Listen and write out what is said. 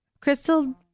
crystal